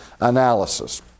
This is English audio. analysis